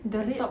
the red